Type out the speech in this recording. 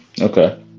Okay